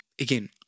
Again